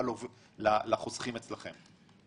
גם לחוסכים אצלכם.